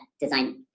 design